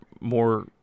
more